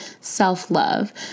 self-love